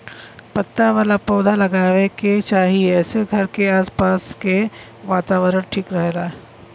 पत्ता वाला पौधा लगावे के चाही एसे घर के आस पास के वातावरण ठीक रहेला